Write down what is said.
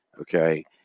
okay